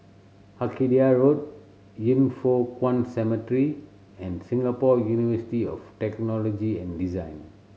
Arcadia Road Yin Foh Kuan Cemetery and Singapore University of Technology and Design